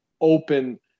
open –